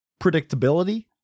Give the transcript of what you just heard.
predictability